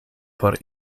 por